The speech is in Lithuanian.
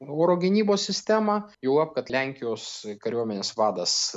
oro gynybos sistemą juolab kad lenkijos kariuomenės vadas